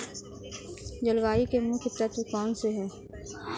जलवायु के मुख्य तत्व कौनसे हैं?